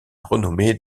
renommée